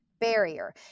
barrier